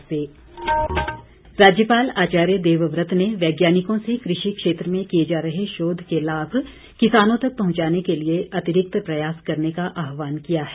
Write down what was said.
राज्यपाल राज्यपाल आचार्य देवव्रत ने वैज्ञानिकों से कृषि क्षेत्र में किए जा रहें शोध के लाभ किसानों तक पहुंचाने के लिए अतिरिक्त प्रयास करने का आहवान किया है